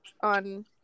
on –